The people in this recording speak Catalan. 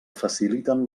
faciliten